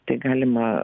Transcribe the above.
tai galima